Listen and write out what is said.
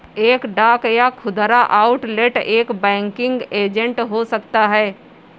एक डाक या खुदरा आउटलेट एक बैंकिंग एजेंट हो सकता है